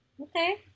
Okay